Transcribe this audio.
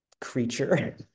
creature